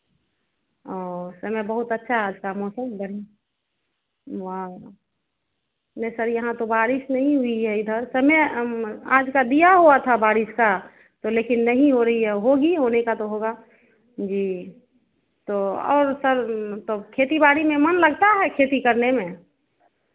औ समय बहुत अच्छा है आज का मौसम बढ़ियाँ वो नहीं सर यहाँ तो बारिश नहीं हुई है इधर समय आज का दिया हुआ था बारिश का तो लेकिन नहीं हो रही है होगी होने का तो होगा जी तो और सर तो खेती बाड़ी में मन लगता है खेती करने में